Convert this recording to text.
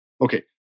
Okay